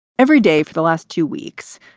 every day for the last two weeks,